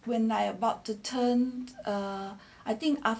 when I am about to turn err I think